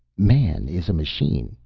man is a machine,